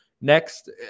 Next